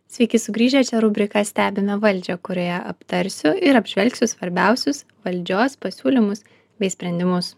sveiki sugrįžę čia rubrika stebime valdžią kurioje aptarsiu ir apžvelgsiu svarbiausius valdžios pasiūlymus bei sprendimus